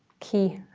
key